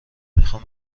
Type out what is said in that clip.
میخوام